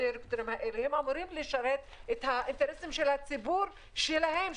הם אמורים לשרת את האינטרסים של הציבור שלהם,